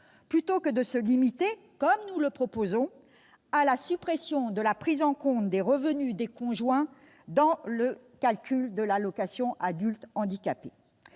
au lieu de se limiter, comme nous le proposons, à la suppression de la prise en compte des revenus des conjoints dans le calcul de l'allocation aux adultes handicapés.